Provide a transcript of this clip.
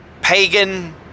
pagan